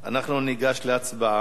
אנחנו ניגש להצבעה.